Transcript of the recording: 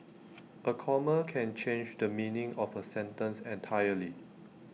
A comma can change the meaning of A sentence entirely